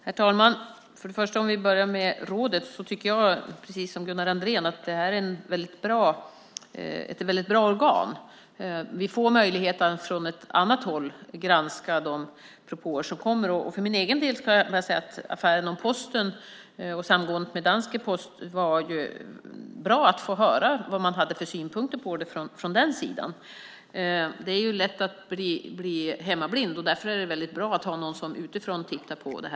Herr talman! Om vi börjar med rådet tycker jag, precis som Gunnar Andrén, att det är ett väldigt bra organ. Vi får möjligheter att från ett annat håll granska de propåer som kommer, och för min egen del vill jag säga att när det gäller affären gällande Posten och samgåendet med Post Danmark var det bra att få höra vad man hade för synpunkter på det från den sidan. Det är lätt att bli hemmablind, och därför är det väldigt bra att ha någon som utifrån tittar på det.